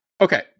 Okay